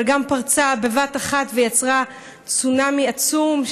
אבל פרצה בבת אחת ויצרה צונאמי עצום,